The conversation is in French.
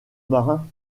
marin